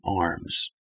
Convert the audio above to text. arms